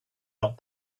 not